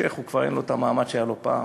לשיח' כבר אין את המעמד שהיה לו פעם,